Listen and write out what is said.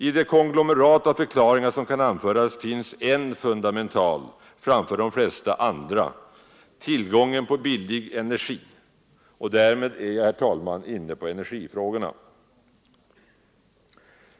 I det konglomerat av förklaringar som kan anföras finns en som är fundamental: tillgången på billig energi. Och därmed är jag, herr talman, inne på energifrågan.